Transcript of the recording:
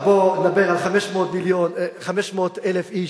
בוא נדבר על 500,000 איש,